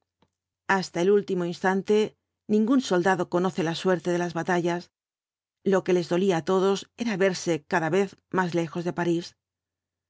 hasta el último instante ningún soldado conoce la suerte de las batallas lo que les dolía á todos era verse cada vez más lejos de parís